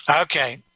okay